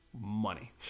Money